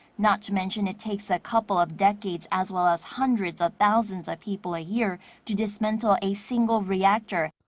not to mention it takes a couple of decades, as well as hundreds of thousands of people a year to dismantle a single reactor.